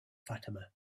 fatima